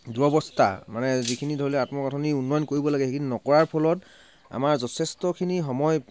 দুৰাৱস্থা মানে যিখিনি ধৰি লওক আন্তঃগাঁথনি উন্নয়ন কৰিব লগে সেইখিনি নকৰাৰ ফলত আমাৰ যথেষ্টখিনি সময়